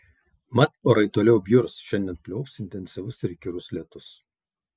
mat orai toliau bjurs šiandien pliaups intensyvus ir įkyrus lietus